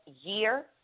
year